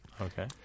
Okay